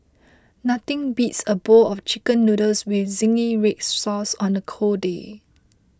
nothing beats a bowl of Chicken Noodles with Zingy Red Sauce on the cold day